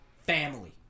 family